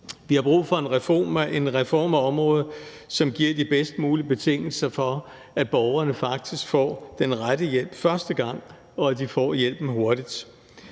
Vi har brug for en reform af området, som giver de bedst mulige betingelser for, at borgerne faktisk får den rette hjælp første gang, og at de får hjælpen hurtigt.